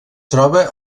troba